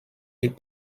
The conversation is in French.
ils